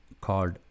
called